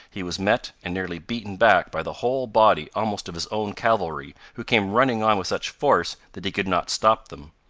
he was met and nearly beaten back by the whole body almost of his own cavalry, who came running on with such force that he could not stop them.